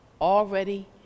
already